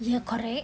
ya correct